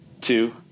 two